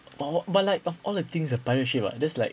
orh but like of all the things a pirate ship ah that's like